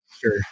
Sure